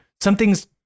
Something's